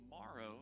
tomorrow